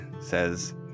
says